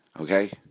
okay